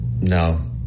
No